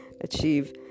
achieve